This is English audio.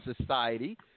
society